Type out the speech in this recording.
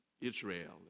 Israel